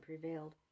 prevailed